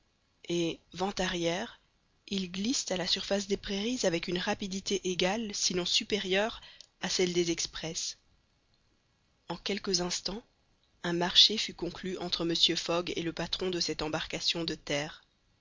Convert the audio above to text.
et vent arrière ils glissent à la surface des prairies avec une rapidité égale sinon supérieure à celle des express en quelques instants un marché fut conclu entre mr fogg et le patron de cette embarcation de terre